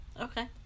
Okay